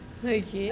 okay